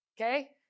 okay